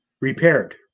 repaired